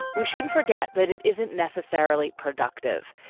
we shouldn't forget that it isn't necessarily productive.